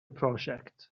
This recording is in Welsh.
prosiect